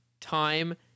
time